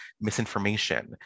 misinformation